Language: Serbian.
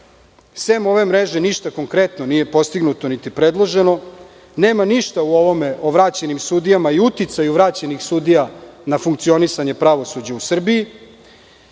Sem ove mreže ništa konkretno nije postignuto niti predloženo, nema ništa o vraćenim sudijama i uticaju vraćenih sudija na funkcionisanje pravosuđa u Srbiji.